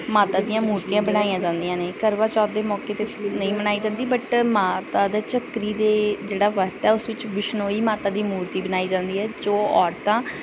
ਮਾਤਾ ਦੀਆਂ ਮੂਰਤੀਆਂ ਬਣਾਈਆਂ ਜਾਂਦੀਆਂ ਨੇ ਕਰਵਾਚੌਥ ਦੇ ਮੌਕੇ ਤਾਂ ਨਹੀਂ ਮਨਾਈ ਜਾਂਦੀ ਬਟ ਮਾਤਾ ਦੇ ਝੱਕਰੀ ਦੇ ਜਿਹੜਾ ਵਰਤ ਆ ਉਸ ਵਿੱਚ ਬਿਸ਼ਨੋਈ ਮਾਤਾ ਦੀ ਮੂਰਤੀ ਬਣਾਈ ਜਾਂਦੀ ਹੈ ਜੋ ਔਰਤਾਂ